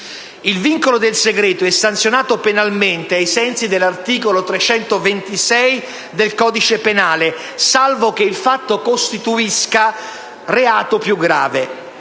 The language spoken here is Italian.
Il vincolo del segreto è sanzionato penalmente, ai sensi dell'articolo 326 del codice penale, salvo che il fatto costituisca reato più grave.